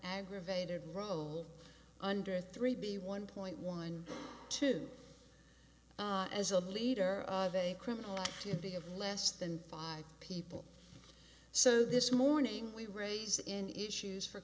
aggravated role under three b one point one two as a leader of a criminal activity of less than five people so this morning we raise in issues for